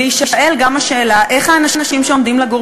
להישאל גם השאלה איך האנשים שעומדים לגור